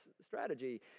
strategy